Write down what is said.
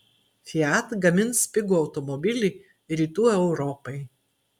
fiat gamins pigų automobilį rytų europai